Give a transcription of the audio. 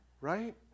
Right